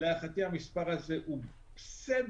להערכתי המספר הוא כ-250.